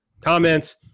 comments